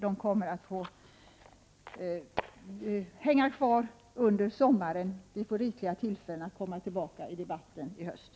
De kommer att hänga kvar under sommaren. Vi får rikliga tillfällen att komma tillbaka i debatten i höst.